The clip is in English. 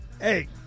Hey